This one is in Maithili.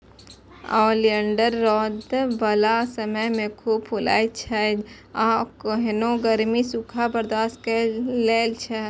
ओलियंडर रौद बला समय मे खूब फुलाइ छै आ केहनो गर्मी, सूखा बर्दाश्त कए लै छै